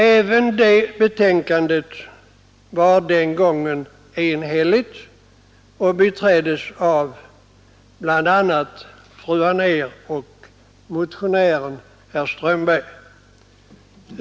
Även det betänkandet var enhälligt och biträddes av bl.a. fru Anér och motionären herr Strömberg.